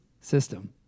system